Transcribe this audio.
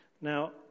Now